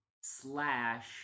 slash